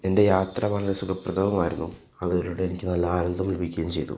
എൻ്റെ യാത്ര വളരെ സുഖപ്രദവുമായിരുന്നു അതിലൂടെ എനിക്ക് നല്ല ആനന്ദം ലഭിക്കുകയും ചെയ്തു